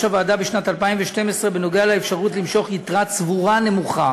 הוועדה בשנת 2012 בנוגע לאפשרות למשוך יתרה צבורה נמוכה